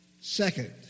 second